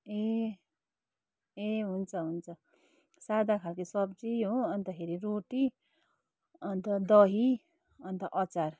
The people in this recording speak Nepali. ए ए हुन्छ हुन्छ सादा खालके सब्जी हो अन्तखेरि रोटी अन्त दही अन्त अचार